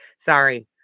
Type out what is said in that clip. Sorry